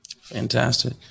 Fantastic